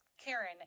Karen